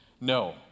No